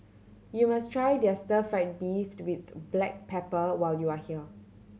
you must try their stir fried beef with black pepper when you are here